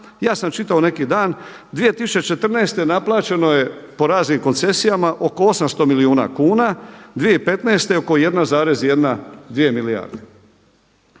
Ja sam čitao neki dan. 2014. naplaćeno je po raznim koncesijama oko 800 milijuna kuna, 2015. oko 1,1, dvije milijarde.